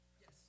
Yes